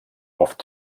oft